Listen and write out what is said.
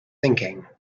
thinking